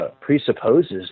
presupposes